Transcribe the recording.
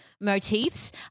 motifs